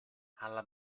alla